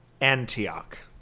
Antioch